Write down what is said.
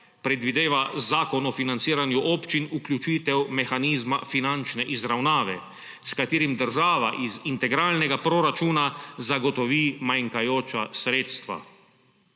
predvideva Zakon o financiranju občin vključitev mehanizma finančne izravnave, s katerim država iz integralnega proračuna zagotovi manjkajoča sredstva.